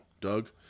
Doug